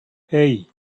hey